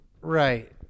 Right